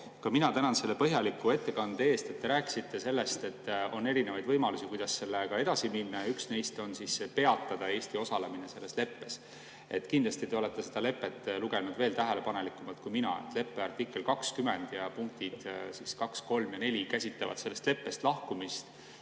ka mina tänan selle põhjaliku ettekande eest. Te rääkisite sellest, et on erinevaid võimalusi, kuidas sellega edasi minna, ja üks neist on peatada Eesti osalemine selles leppes. Kindlasti te olete seda lepet lugenud veel tähelepanelikumalt kui mina. Leppe artikli 20 punktid 2, 3 ja 4 käsitlevad sellest leppest lahkumist,